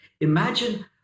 imagine